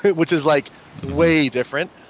which is like way different.